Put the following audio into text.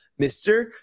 Mr